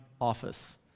office